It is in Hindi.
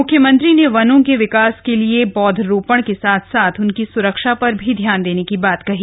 म्ख्यमंत्री ने वनों के विकास के लिए पौधारोपण के साथ साथ उनकी स्रक्षा पर भी ध्यान देने की बात कही